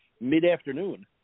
mid-afternoon